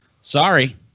Sorry